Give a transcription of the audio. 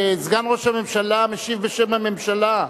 סגן ראש הממשלה משיב בשם הממשלה.